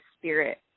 spirit